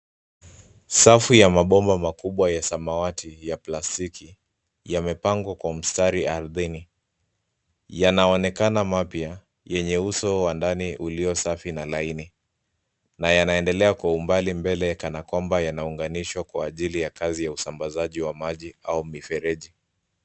Safu ya mabomba makubwa ya samawati, ya plastiki, yamepangwa kwa mstari ardhini. Yanaonekana mapya, yenye uso wa ndani uliosafi na laini. Na yanaendelea kwa umbali mbele kana kwamba yanaunganishwa kwa ajili ya kazi ya usambazaji wa maji, au mifereji.